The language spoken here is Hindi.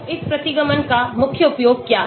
तो इस प्रतिगमन का मुख्य उपयोग क्या है